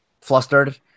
flustered